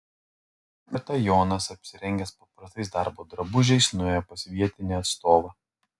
kartą jonas apsirengęs paprastais darbo drabužiais nuėjo pas vietinį atstovą